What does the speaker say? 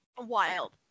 Wild